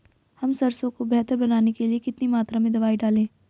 हम सरसों को बेहतर बनाने के लिए कितनी मात्रा में दवाई डालें?